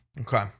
Okay